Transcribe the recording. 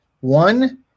One